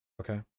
Okay